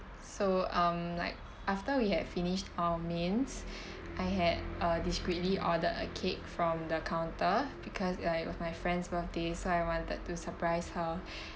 so um like after we had finished our mains I had uh discreetly ordered a cake from the counter because uh it was my friend's birthday so I wanted to surprise her